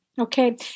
Okay